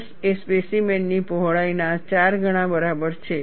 S એ specimen ની પહોળાઈના 4 ગણા બરાબર છે